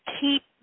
keep